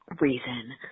reason